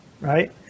right